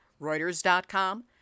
reuters.com